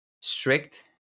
strict